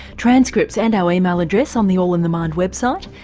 transcripts and our email address on the all in the mind website,